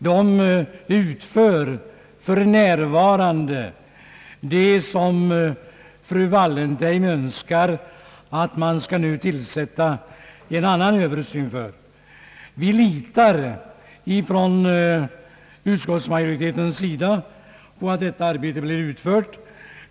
Man utför för närvarande det som fru Wallentheim önskar att det skall tillsättas en utredning för. Vi inom utskottismajoriteten litar på att detta arbete blir utfört.